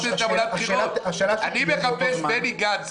אני מחפש בני גנץ,